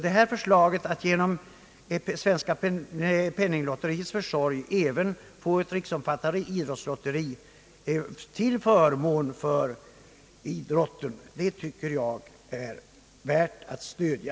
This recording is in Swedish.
Detta förslag att man genom Svenska penninglotteriets försorg även skulle få ett riksomfattande lotteri till förmån för idrotten tycker jag är värd att stödja.